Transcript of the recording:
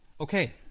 Okay